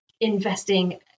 investing